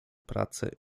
pracy